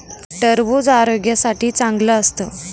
टरबूज आरोग्यासाठी चांगलं असतं